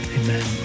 amen